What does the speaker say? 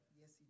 Yes